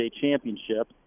Championship